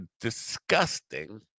disgusting